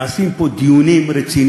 מתקיימים פה בוועדות דיונים רציניים,